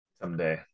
Someday